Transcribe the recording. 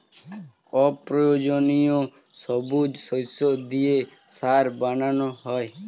অপ্রয়োজনীয় সবুজ শস্য দিয়ে সার বানানো হয়